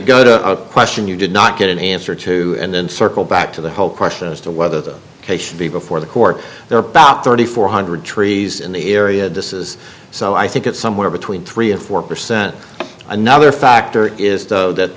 go to a question you did not get an answer to and then circle back to the whole question as to whether the case should be before the court their backup thirty four hundred trees in the area this is so i think it's somewhere between three and four percent another factor is th